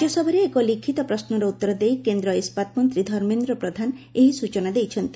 ରାଜ୍ୟସଭାରେ ଏକ ଲିଖିତ ପ୍ରଶ୍ୱର ଉତ୍ତର ଦେଇ କେନ୍ଦ୍ର ଇସ୍କାତ ମନ୍ତୀ ଧର୍ମେନ୍ଦ୍ର ପ୍ରଧାନ ଏହି ସୂଚନା ଦେଇଛନ୍ତି